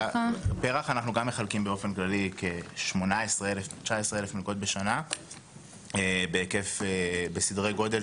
פרח אנחנו גם מחלקים באופן כללי כ-19,000 מלגות בשנה בסדרי גודל